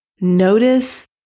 notice